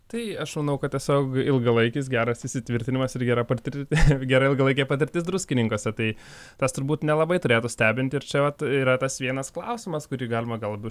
tai aš manau kad tiesiog ilgalaikis geras įsitvirtinimas ir gera gera ilgalaikė patirtis druskininkuose tai tas turbūt nelabai turėtų stebinti ir čia vat yra tas vienas klausimas kurį galima galbūt